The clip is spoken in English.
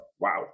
Wow